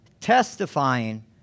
Testifying